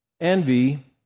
Envy